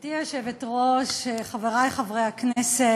גברתי היושבת-ראש, חברי חברי הכנסת,